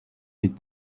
with